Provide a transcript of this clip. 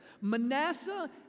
Manasseh